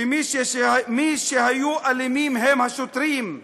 שמי שהיו אלימים הם השוטרים,